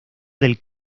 del